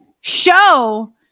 show